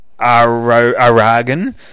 aragon